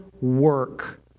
work